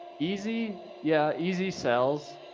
easy. yeah. easy sells.